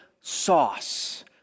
sauce